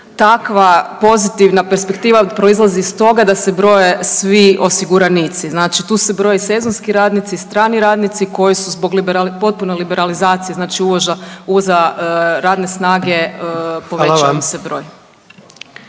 takva pozitivna perspektiva proizlazi iz toga da se broje svi osiguranici, znači tu se broje sezonski radnici, strani radnici koji su zbog .../nerazumljivo/... potpune liberalizacije znači uvoza radne snage povećao im se broj.